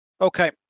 Okay